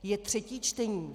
Je třetí čtení.